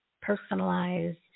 personalized